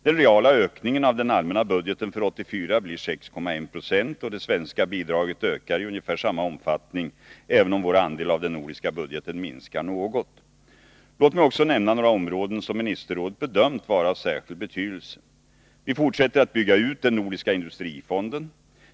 Den reala ökningen av den allmänna budgeten för 1984 blir 6,1 20, och det svenska bidraget ökar i ungefär samma omfattning, även om vår andel av den nordiska budgeten minskar något. Låt mig också nämna några områden som ministerrådet bedömt vara av särskild betydelse. Vi fortsätter att bygga ut den nordiska industrifonden.